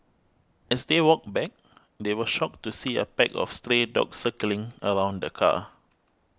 as they walked back they were shocked to see a pack of stray dogs circling around the car